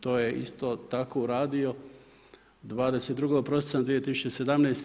To je isto tako uradio 22. prosinca 2017.